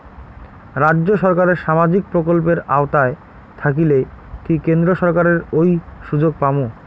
রাজ্য সরকারের সামাজিক প্রকল্পের আওতায় থাকিলে কি কেন্দ্র সরকারের ওই সুযোগ পামু?